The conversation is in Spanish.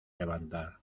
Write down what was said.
levantar